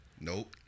Nope